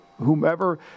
whomever